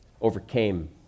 overcame